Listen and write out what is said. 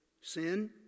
sin